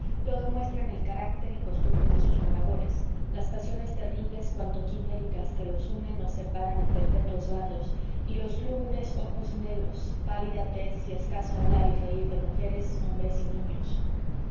lo demuestran el carácter y costumbres de sus moradores las pasiones terribles cuanto quiméricas que los unen o separan en perpetuos bandos y los lúgubres ojos negros pálida tez y escaso hablar y reír de mujeres hombres y niños